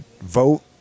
vote